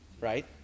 right